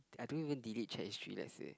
I don't even delete chat history let's say